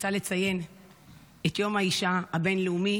רוצה לציין את יום האישה הבין-לאומי